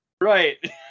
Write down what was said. Right